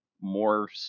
more